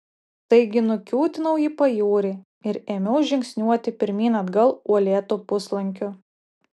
taigi nukiūtinau į pajūrį ir ėmiau žingsniuoti pirmyn atgal uolėtu puslankiu